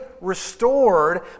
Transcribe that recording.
restored